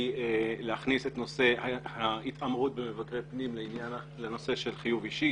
והיא להכניס את נושא ההתעמרות במבקרי הפנים לנושא של חיוב אישי.